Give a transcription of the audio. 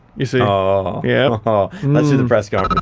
you see? oh, yeah ha. and let's do the press conference.